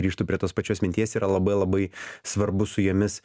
grįžtu prie tos pačios minties yra labai labai svarbu su jomis